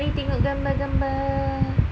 mari tengok gambar-gambar